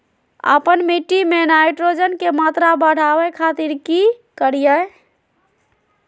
आपन मिट्टी में नाइट्रोजन के मात्रा बढ़ावे खातिर की करिय?